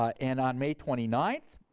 ah and on may twenty ninth,